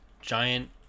giant